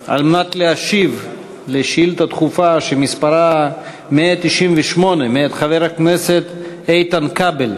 על מנת להשיב על שאילתה דחופה שמספרה 198 מאת חבר הכנסת איתן כבל.